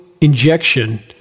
injection